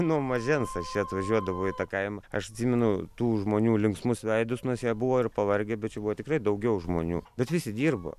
nuo mažens aš čia atvažiuodavau į tą kaimą aš atsimenu tų žmonių linksmus veidus nors jie buvo ir pavargę bet čia buvo tikrai daugiau žmonių bet visi dirbo